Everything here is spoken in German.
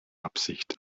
absicht